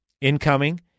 incoming